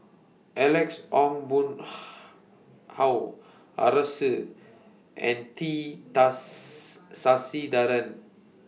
Alex Ong Boon Hau Arasu and T Does Sasitharan